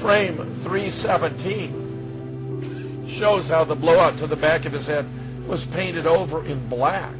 frame three seventeen shows how the blood to the back of his head was painted over in black